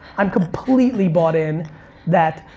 i'm completely bought in that,